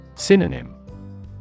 Synonym